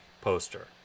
poster